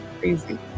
crazy